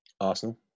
Arsenal